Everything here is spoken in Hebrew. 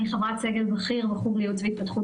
אני חברת סגל בכיר בחוג לייעוץ והתפתחות